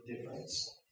difference